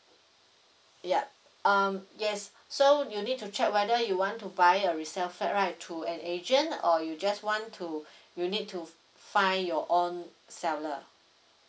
yup um yes so you need to check whether you want to buy a resale flat right through an agent or you just want to you need to f~ find your own seller